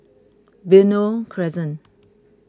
Benoi Crescent